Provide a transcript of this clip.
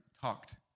talked